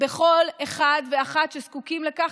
בכל אחד ואחת שזקוקים לכך,